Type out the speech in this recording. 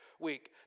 week